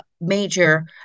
major